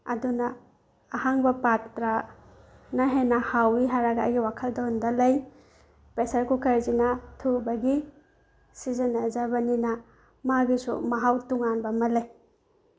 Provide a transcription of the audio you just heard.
ꯑꯗꯨꯅ ꯑꯍꯥꯡꯕ ꯄꯥꯇ꯭ꯔꯅ ꯍꯦꯟꯅ ꯍꯥꯎꯏ ꯍꯥꯏꯔꯒ ꯑꯩꯒꯤ ꯋꯥꯈꯜꯂꯣꯟꯗ ꯂꯩ ꯄ꯭ꯔꯦꯁꯔ ꯀꯨꯀꯔꯁꯤꯅ ꯊꯨꯕꯒꯤ ꯁꯤꯖꯤꯟꯅꯖꯕꯅꯤꯅ ꯃꯥꯒꯤꯁꯨ ꯃꯍꯥꯎ ꯇꯣꯡꯉꯥꯟꯕ ꯑꯃ ꯂꯩ